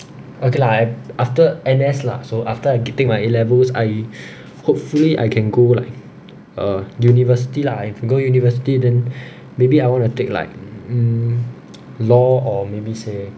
okay lah I after N_S lah so after I getting my A levels I hopefully I can go like a university lah I can go university then maybe I want to take like um law or maybe say